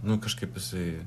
nu kažkaip jisai